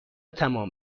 تمام